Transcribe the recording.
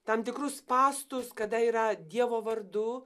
tam tikrus spąstus kada yra dievo vardu